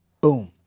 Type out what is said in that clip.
Boom